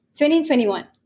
2021